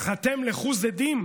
אף-אתם לכו, זדים,